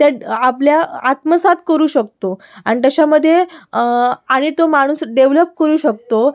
त्यात आपल्या आत्मसात करू शकतो आणि त्याच्यामध्ये आणि तो माणूस डेव्हलप करू शकतो